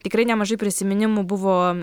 tikrai nemažai prisiminimų buvo